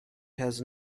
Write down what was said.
has